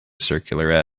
circular